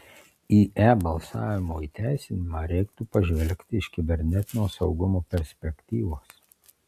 į e balsavimo įteisinimą reiktų pažvelgti iš kibernetinio saugumo perspektyvos